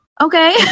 Okay